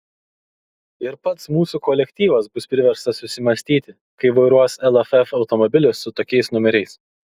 ir pats mūsų kolektyvas bus priverstas susimąstyti kai vairuos lff automobilį su tokiais numeriais